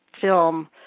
Film